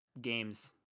games